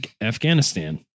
Afghanistan